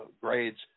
grades